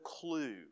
clue